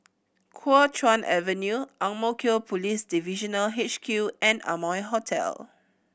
Kuo Chuan Avenue Ang Mo Kio Police Divisional H Q and Amoy Hotel